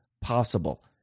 possible